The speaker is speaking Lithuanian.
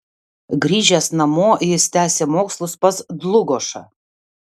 grįžęs namo jis tęsė mokslus pas dlugošą